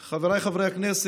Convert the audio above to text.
חבריי חברי הכנסת,